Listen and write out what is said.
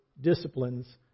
disciplines